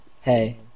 Hey